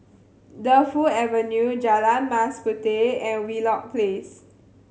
Defu Avenue Jalan Mas Puteh and Wheelock Place